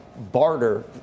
barter